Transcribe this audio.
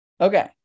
Okay